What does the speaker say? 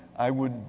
i would